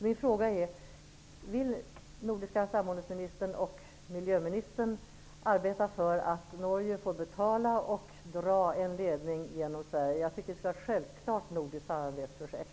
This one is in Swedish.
Min fråga är: Vill nordiska samordnings och miljöministern arbeta för att Norge får betala och dra en ledning genom Sverige? Jag tycker att det borde vara ett självklart nordiskt samarbetsprojekt.